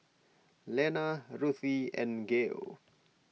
Lenna Ruthie and Gael